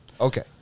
Okay